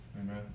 Amen